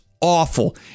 awful